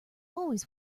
always